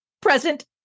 present